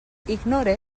ignore